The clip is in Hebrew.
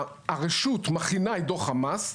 הרשות מכינה את דוח המס,